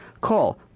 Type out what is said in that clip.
Call